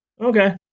Okay